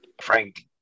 Frank